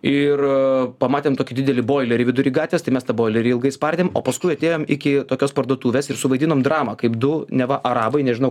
ir pamatėm tokį didelį boilerį vidury gatvės tai mes tą boilerį ilgai spardėm o paskui atėjom iki tokios parduotuvės ir suvaidinom dramą kaip du neva arabai nežino